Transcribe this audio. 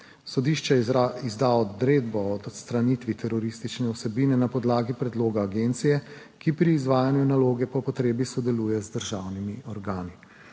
Sodišče izda odredbo o odstranitvi teroristične vsebine na podlagi predloga agencije, ki pri izvajanju naloge po potrebi sodeluje z državnimi organi.